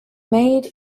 made